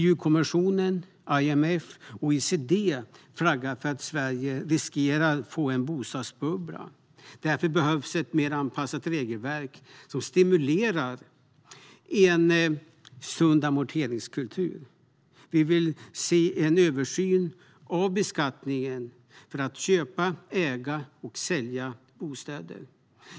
EU-kommissionen, IMF och OECD flaggar för att Sverige riskerar att få en bostadsbubbla. Det behövs ett mer anpassat regelverk som stimulerar en sund amorteringskultur. Centerpartiet vill se en översyn över beskattningen för att köpa, äga och sälja bostäder.